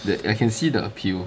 that I can see the appeal